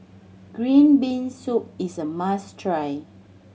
green bean soup is a must try